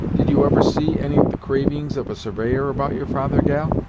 did you ever see any of the cravings of a surveyor about your father, gal?